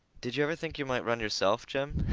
did you ever think you might run yourself, jim?